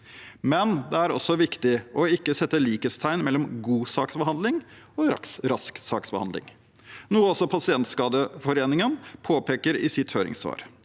men det er også viktig å ikke sette likhetstegn mellom god saksbehandling og rask saksbehandling, noe også Pasientskadeforeningen påpeker i sitt høringssvar.